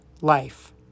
life